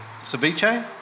ceviche